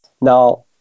Now